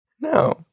No